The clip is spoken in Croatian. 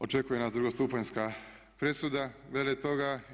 Očekuje nas drugostupanjska presuda glede toga.